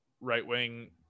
right-wing